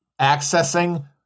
accessing